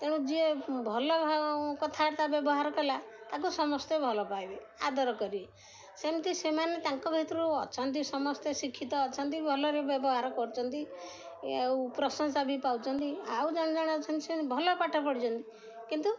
ତେଣୁ ଯିଏ ଭଲ କଥାବାର୍ତ୍ତା ବ୍ୟବହାର କଲା ତାକୁ ସମସ୍ତେ ଭଲ ପାଇବେ ଆଦର କରିବେ ସେମିତି ସେମାନେ ତାଙ୍କ ଭିତରୁ ଅଛନ୍ତି ସମସ୍ତେ ଶିକ୍ଷିତ ଅଛନ୍ତି ଭଲରେ ବ୍ୟବହାର କରୁଛନ୍ତି ଆଉ ପ୍ରଶଂସା ବି ପାଉଛନ୍ତି ଆଉ ଜଣେ ଜଣେ ଅଛନ୍ତି ସେ ଭଲ ପାଠ ପଢ଼ିଛନ୍ତି କିନ୍ତୁ